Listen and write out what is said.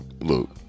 look